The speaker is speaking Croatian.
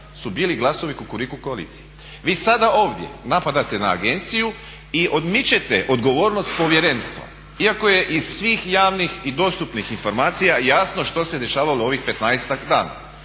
su bili glasovi Kukuriku koalicije. Vi sada ovdje napadate na agenciju i odmičete odgovornost povjerenstva iako je iz svih javnih i dostupnih informacija jasno što se dešavalo ovih 15-ak dana.